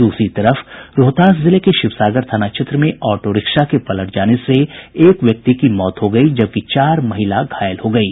दूसरी तरफ रोहतास जिले के शिवसागर थाना क्षेत्र में ऑटोरिक्शा के पलट जाने से एक व्यक्ति की मौत हो गयी जबकि चार महिला घायल हो गयी